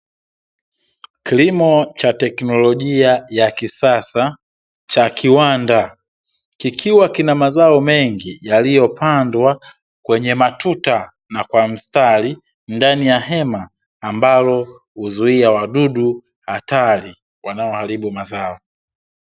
Kilimo cha teknolojia ya kisasa cha kiwanda, kikiwa kina mazao mengi yaliyopandwa kwenye matuta na kwa mstari ndani ya hema, ambalo huzuia wadudu hatari wanaoharibu mazao.